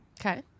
Okay